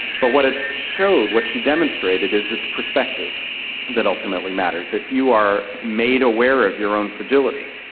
but what it showed, what she demonstrated is it's perspective that ultimately matters. if you are made aware of your own fragility,